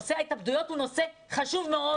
נושא ההתאבדויות הוא נושא חשוב מאוד.